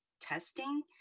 testing